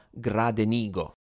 Gradenigo